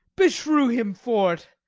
beshrew him for't!